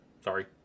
Sorry